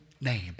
name